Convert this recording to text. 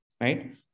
right